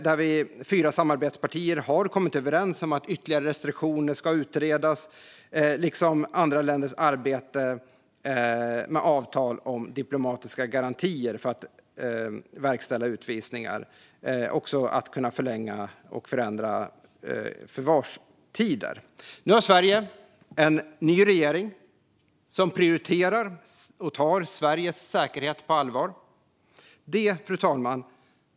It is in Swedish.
Där har vi fyra samarbetspartier kommit överens om att ytterligare restriktioner ska utredas liksom andra länders arbete med avtal om diplomatiska garantier för att verkställa utvisningar. Förvarstider ska också kunna förändras och förlängas. Nu har Sverige en ny regering, som prioriterar och tar Sveriges säkerhet på allvar.